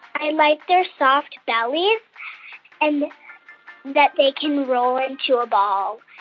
i like their soft bellies and that they can roll into a ball.